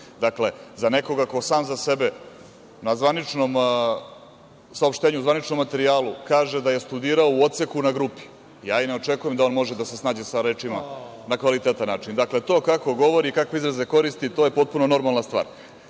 za nekoga ko sam za sebe na zvaničnom saopštenju, u zvaničnom materijalu kaže da je studirao u odseku na grupi, ja ni ne očekujem da on može da se snađe sa rečima na kvalitetan način. Dakle, to kako govori i kakve izraze koristi, to je potpuno normalna stvar. Taj